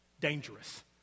dangerous